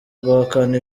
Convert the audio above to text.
guhakana